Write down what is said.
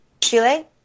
Chile